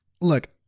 look